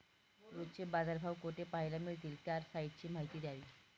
रोजचे बाजारभाव कोठे पहायला मिळतील? त्या साईटची माहिती द्यावी